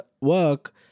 work